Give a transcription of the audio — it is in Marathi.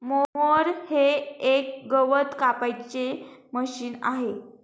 मोअर हे एक गवत कापायचे मशीन आहे